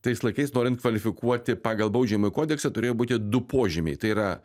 tais laikais norint kvalifikuoti pagal baudžiamąjį kodeksą turėjo būti du požymiai tai yra